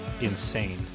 insane